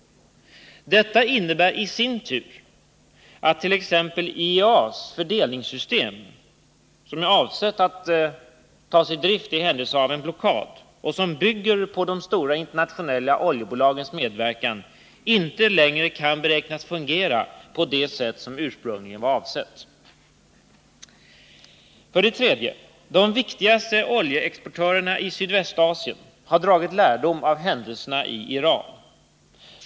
Detta innebär i sin tur attt.ex. IEA:s fördelningssystem, som är avsett att tas i bruk i händelse av en blockad och som bygger på de stora internationella oljebolagens medverkan, inte längre kan beräknas fungera på det sätt som ursprungligen var avsett. 3. De viktigaste oljeexportörerna i Sydvästasien har dragit lärdom av händelserna i Iran.